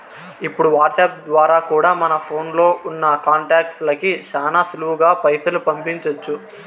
ఇప్పుడు వాట్సాప్ ద్వారా కూడా మన ఫోన్లో ఉన్నా కాంటాక్ట్స్ లకి శానా సులువుగా పైసలు పంపించొచ్చు